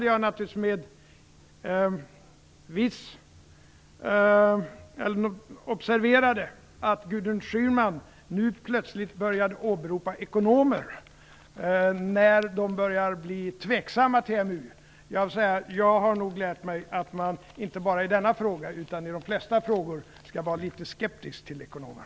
Jag observerade att Gudrun Schyman nu plötsligt har börjat åberopa ekonomer, när de börjar bli tveksamma till EMU. Jag har nog lärt mig att man inte bara i denna fråga, utan i de flesta frågor skall vara litet skeptisk till ekonomer.